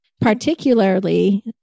particularly